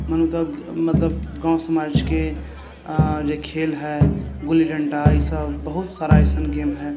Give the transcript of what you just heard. मानू तऽ मतलब गाम समाजके जे खेल हए गुल्ली डण्डा ईसभ बहुत सारा अइसन गेम हए